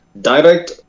direct